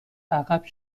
عقب